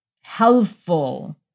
helpful